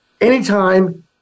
Anytime